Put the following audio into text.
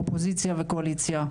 אופוזיציה וקואליציה,